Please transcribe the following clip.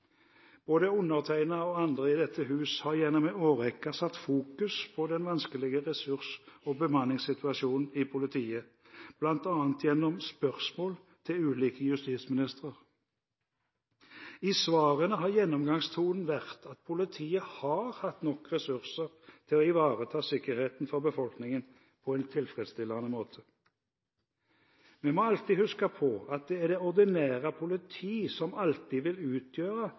Både undertegnede og andre i dette hus har gjennom en årrekke satt fokus på den vanskelige ressurs- og bemanningssituasjonen i politiet, bl.a. gjennom spørsmål til ulike justisministre. I svarene har gjennomgangstonen vært at politiet har hatt nok ressurser til å ivareta sikkerheten for befolkningen på en tilfredsstillende måte. Vi må alltid huske på at det er det ordinære politiet som alltid vil utgjøre